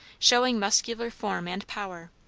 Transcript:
showing muscular form and power,